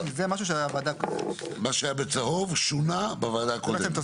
מה שבצהוב שונה בוועדה הקודמת.